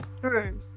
True